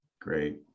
Great